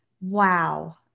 wow